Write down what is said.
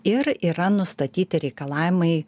ir yra nustatyti reikalavimai